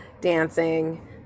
dancing